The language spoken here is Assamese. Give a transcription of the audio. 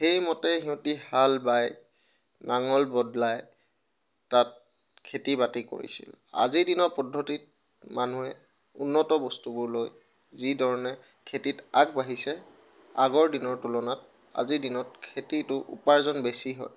সেইমতে সিহঁতি হাল বায় নাঙল বদলাই তাত খেতি বাতি কৰিছিল আজিৰ দিনৰ পদ্ধতিত মানুহে উন্নত বস্তুবোৰ লৈ যি ধৰণে খেতিত আগবাঢ়িছে আগৰ দিনৰ তুলনাত আজিৰ দিনত খেতিটোৰ উপাৰ্জন বেছি হয়